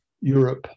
Europe